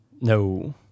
No